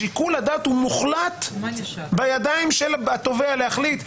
שיקול הדעת הוא מוחלט בידיים של התובע להחליט,